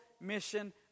mission